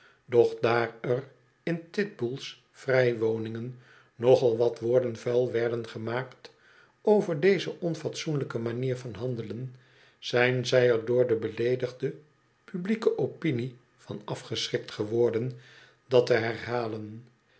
doch daar er in titbull's vrij woningen nogal wat woorden vuil werden gemaakt over deze onfatsoenlijke manier van handelen zijn zij er door de beleedigde publieke opinie van afgeschrikt geworden dat te herhalen